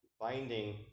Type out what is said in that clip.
binding